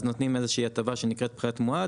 אז נותנים איזו שהיא הטבה שנקראת פחת מואץ.